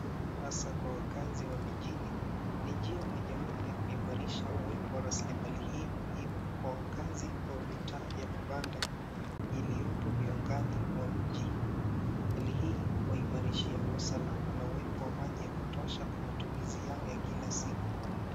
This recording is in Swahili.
Hasa kwa wakazi wa mjini, ni njia moja wapo ya kuimarisha uwepo wa rasilimali hii muhimu kwa wakazi wa mitaa ya mabanda, iliopo viungani wa mji. Ili hii kuimarishia kwa usalama na uwepo wa maji ya kutosha kwa matumizi yao ya kila siku.